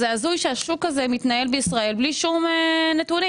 זה הזוי שהשוק הזה מתנהל בישראל בלי שום נתונים,